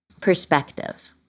perspective